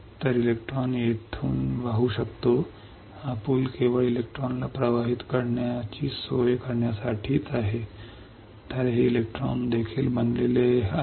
तर इलेक्ट्रॉन येथून येथून येथे वाहू शकतो हा पूल केवळ इलेक्ट्रॉनला प्रवाहित करण्याची सोय करण्यासाठीच नाही तर हे इलेक्ट्रॉन देखील बनलेले आहे